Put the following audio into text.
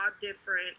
different